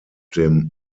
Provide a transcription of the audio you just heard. dem